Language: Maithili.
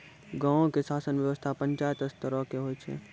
गांवो के शासन व्यवस्था पंचायत स्तरो के होय छै